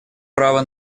права